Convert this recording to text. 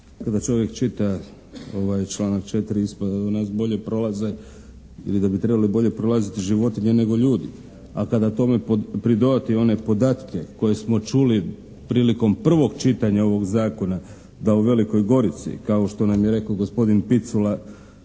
nas bolje prolaze ili da bi trebale bolje prolaziti životinje nego ljudi, a kada tome pridodati one podatke koje smo čuli prilikom prvog čitanja ovog zakona da u Velikoj Gorici kao što nam je rekao gospodin Picula